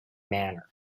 manner